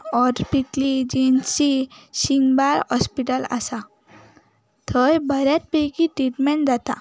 ओटपिटली जिन्सची सिंगबाळ हॉस्पिटल आसा थंय बऱ्याच पैकी ट्रिटमेंट जाता